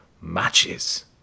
matches